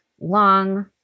long